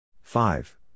five